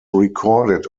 recorded